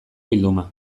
bilduma